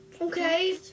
Okay